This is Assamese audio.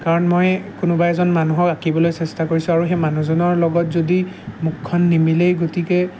কাৰণ মই কোনোবা এজন মানুহক আঁকিবলৈ চেষ্টা কৰিছোঁ আৰু সেই মানুহজনৰ লগত যদি মুখখন নিমিলেই গতিকে